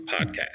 Podcast